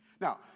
Now